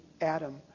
Adam